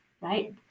right